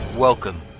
Welcome